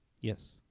yes